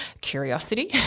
curiosity